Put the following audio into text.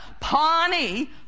Pawnee